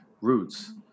roots